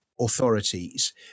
authorities